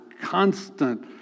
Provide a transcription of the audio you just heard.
constant